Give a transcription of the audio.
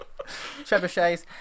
Trebuchets